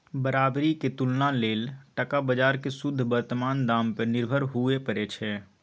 बराबरीक तुलना लेल टका बजार केँ शुद्ध बर्तमान दाम पर निर्भर हुअए परै छै